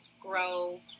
grow